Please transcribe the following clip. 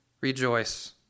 rejoice